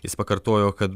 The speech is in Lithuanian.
jis pakartojo kad